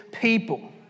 people